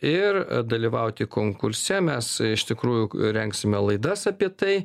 ir dalyvauti konkurse mes iš tikrųjų rengsime laidas apie tai